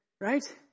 right